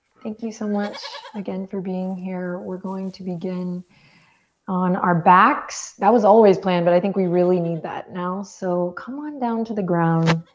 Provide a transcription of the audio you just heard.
thank you so much again for being here. we're going to begin on our backs. that was always planned but i think we really need that now so come on down to the ground.